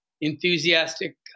enthusiastic